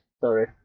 Sorry